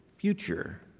future